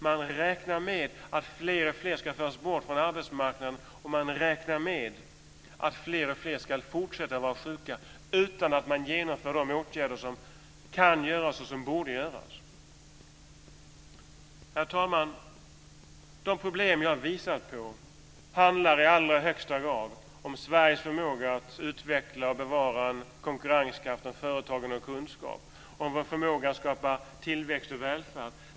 Man räknar med att fler och fler ska tas bort från arbetsmarknaden och man räknar med att fler och fler ska fortsätta att vara sjuka utan att man genomför de åtgärder som kan göras och som borde göras. Herr talman! De problems som jag har visat på handlar i allra högsta grad om Sveriges förmåga att utveckla och bevara en konkurrenskraft där företagen har kunskap om vår förmåga att skapa tillväxt och välfärd.